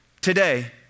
today